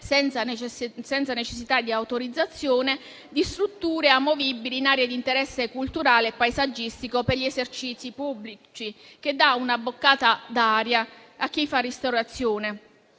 senza necessità di autorizzazione, di strutture amovibili in aree di interesse culturale e paesaggistico per gli esercizi pubblici, che dà una boccata d'aria a chi fa ristorazione,